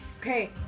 Okay